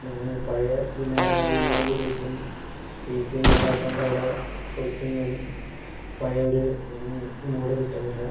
പഴയ വിനാ വിനായകയിൽ ഇപ്പം എ സി ഒന്നും അല്ലാത്തതു കൊണ്ട് അവിടെ പോയികഴിഞ്ഞാൽ പഴയ ഒരു മൂഡ് കിട്ടുന്നില്ല